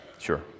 Sure